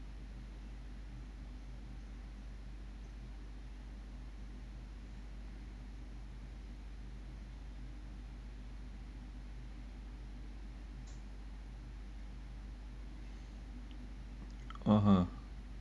(uh huh)